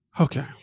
Okay